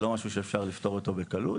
זה לא משהו שאפשר לפתור אותו בקלות,